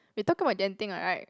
we talk about Genting [what] right